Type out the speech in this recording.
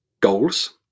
goals